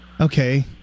Okay